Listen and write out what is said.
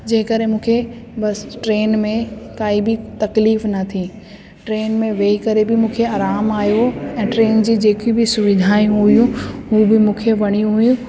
जंहिं करे मूंखे बसि ट्रेन में काई बि तकलीफ़ न थी ट्रेन में वेही करे बि मूंखे आराम आयो ऐं ट्रेन जी जेकी बि सुविधायूं हुयूं हो बि मूंखे वणी हुयूं